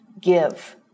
give